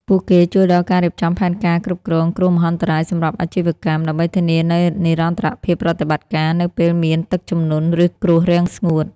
ពួកគេជួយដល់ការរៀបចំផែនការគ្រប់គ្រងគ្រោះមហន្តរាយសម្រាប់អាជីវកម្ម ដើម្បីធានានូវនិរន្តរភាពប្រតិបត្តិការ នៅពេលមានទឹកជំនន់ ឬគ្រោះរាំងស្ងួត។